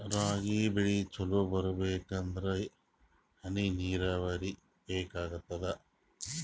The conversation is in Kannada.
ರಾಗಿ ಬೆಳಿ ಚಲೋ ಬರಬೇಕಂದರ ಹನಿ ನೀರಾವರಿ ಬೇಕಾಗತದ?